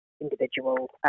individual